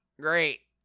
great